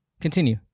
continue